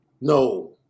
no